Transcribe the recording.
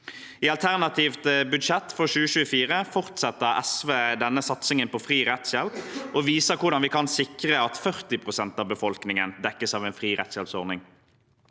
I alternativt budsjett for 2024 fortsetter SV denne satsingen på fri rettshjelp og viser hvordan vi kan sikre at 40 pst. av befolkningen dekkes av en fri rettshjelpsordning.